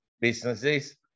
businesses